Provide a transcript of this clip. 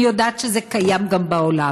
אני יודעת שזה קיים גם בעולם.